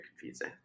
confusing